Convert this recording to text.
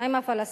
עם הפלסטינים.